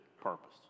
purpose